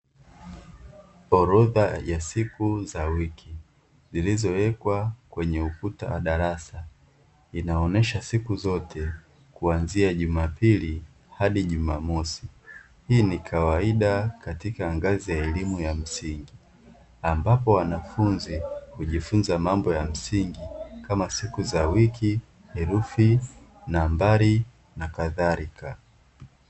Orodha ya siku za wiki zilizowekwa kwenye ukuta wa darasa inaonesha siku zote kuanzia jumapili hadi jumamosi, hii ni kawaida katika ngazi ya elimu ya msingi ambapo wanafunzi hujifunza mambo ya msingi kama siku za wiki, herufi nambari na kadhalika.